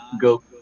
go